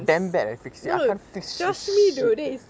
no no no trust me dude that is